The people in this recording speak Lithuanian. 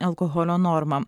alkoholio normą